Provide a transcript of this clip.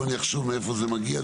בואו נחשוב מאיפה זה מגיע,